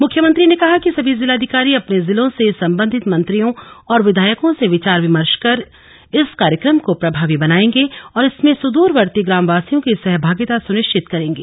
मुख्यमंत्री ने कहा कि सभी जिलाधिकारी अपने जिलों से सम्बन्धित मंत्रियों और विधायकों से विचार विमर्श कर ैइस कार्यक्रम को प्रभावी बनाएंगे और इसमें सुद्रवर्ती ग्रामवासियों की सहभागिता सुनिश्चित करेंगे